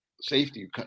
safety